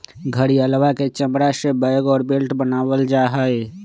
घड़ियलवा के चमड़ा से बैग और बेल्ट बनावल जाहई